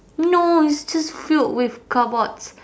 no it's just filled with cardboards